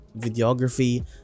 videography